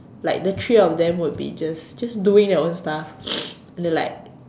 like the three of them would be just just doing their own stuff and then like